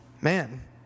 Man